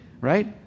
right